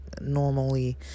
normally